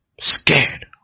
Scared